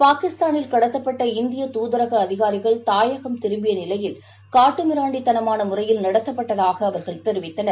பாகிஸ்தானில் கடத்தப்பட்ட இந்தியதாதரகஅதிகாரிகள் தாயகம் திரும்பியநிலையில் அவர்கள் காட்டுமிராண்டித்தனமானமுறையில் நடத்தப்பட்டதாகதெரிவித்தனர்